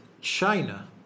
China